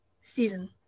season